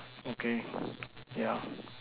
okay yeah